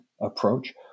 approach